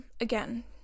again